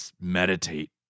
meditate